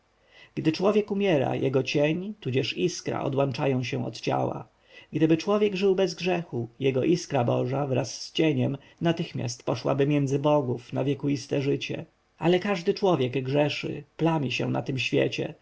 gdy człowiek umiera jego cień tudzież iskra odłączają się od ciała gdyby człowiek żył bez grzechu jego iskra boża wraz z cieniem natychmiast poszłaby między bogów na wiekuiste życie ale każdy człowiek grzeszy plami się na tym świecie